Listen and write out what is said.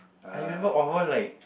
I remember all like